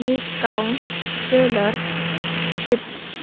discount sellers thrift